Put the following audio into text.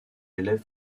élèves